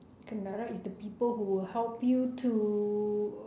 kendarat is the people who will help you to